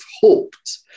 hoped